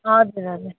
हजुर हजुर